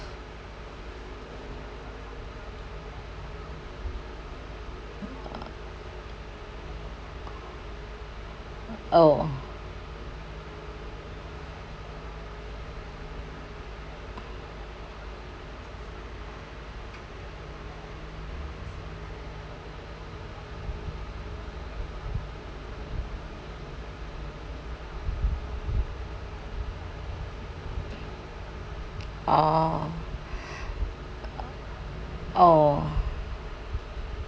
oh ah oh